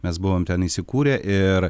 mes buvom ten įsikūrę ir